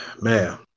Man